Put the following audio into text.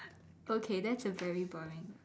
okay that's a very boring